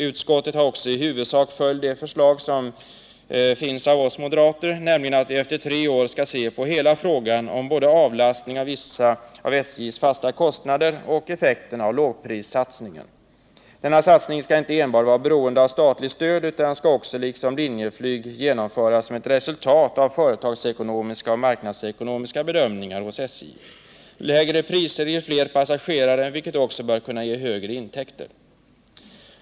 Utskottet har också i huvudsak följt det förslag som lagts fram av oss moderater, nämligen att vi efter tre år skall se över hela frågan om både avlastning av vissa av SJ:s fasta kostnader och effekterna av lågprissatsningen. Denna satsning skall inte enbart vara beroende av statligt stöd utan skall också, liksom när det gäller Linjeflyg, genomföras som ett resultat av företagsekonomiska och marknadsmässiga bedömningar av SJ. Lägre priser ger fler passagerare, vilket också bör kunna ge större intäkter.